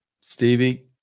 Stevie